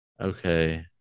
Okay